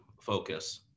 focus